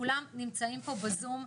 כולם נמצאים פה בזום,